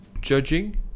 judging